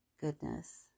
goodness